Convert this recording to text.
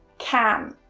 can,